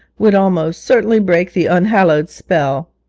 would almost certainly break the unhallowed spell.